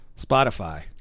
Spotify